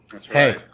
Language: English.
Hey